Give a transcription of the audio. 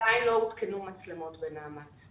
עדיין לא הותקנו מצלמות בנעמ"ת.